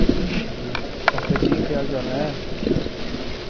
हां जी पंकज जी केह् हाल चाल ने